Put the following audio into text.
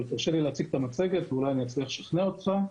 אבל תרשה לי להציג את המצגת ואולי אני אצליח לשכנע אותך.